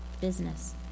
business